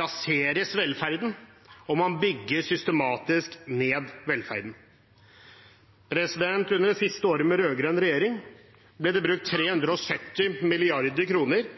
raseres velferden, og man bygger systematisk ned velferden. Under det siste året med rød-grønn regjering ble det brukt